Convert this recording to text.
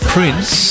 Prince